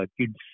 kids